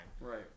Right